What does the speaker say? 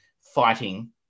fighting